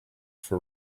for